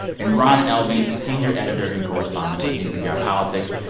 and ron elving, senior editor and correspondent with npr politics.